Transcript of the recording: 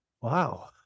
Wow